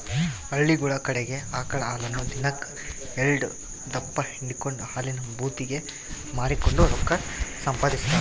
ಹಳ್ಳಿಗುಳ ಕಡಿಗೆ ಆಕಳ ಹಾಲನ್ನ ದಿನಕ್ ಎಲ್ಡುದಪ್ಪ ಹಿಂಡಿಕೆಂಡು ಹಾಲಿನ ಭೂತಿಗೆ ಮಾರಿಕೆಂಡು ರೊಕ್ಕ ಸಂಪಾದಿಸ್ತಾರ